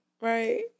Right